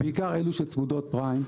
בעיקר לאלה שצמודות פריים.